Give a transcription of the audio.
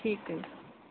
ਠੀਕ ਹੈ ਜੀ